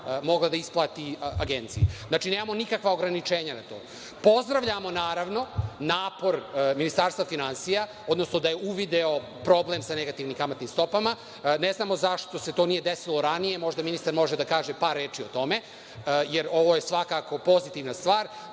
mogla da isplati Agenciji. Znači, nemamo nikakvo ograničenje. Pozdravljamo, naravno, napor Ministarstva finansija, odnosno da je uvideo problem sa negativnim kamatnim stopama. Ne znamo zašto se to nije desilo ranije, možda ministar može da kaže par reči o tome, jer ovo je svakako pozitivna stvar.